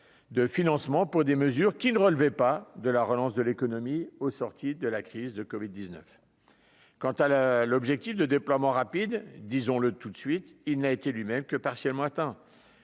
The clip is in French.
de financement pour des mesures qui ne relevait pas de la relance de l'économie, au sortir de la crise de Covid 19 quant à la l'objectif de déploiement rapide, disons-le tout de suite, il n'a été du même que partiellement atteint